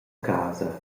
casa